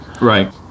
Right